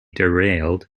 derailed